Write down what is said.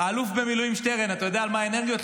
האלוף במילואים שטרן, אתה יודע על מה האנרגיות?